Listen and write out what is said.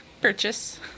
purchase